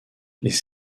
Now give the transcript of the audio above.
les